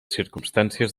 circumstàncies